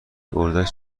اردک